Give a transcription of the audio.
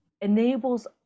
enables